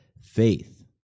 faith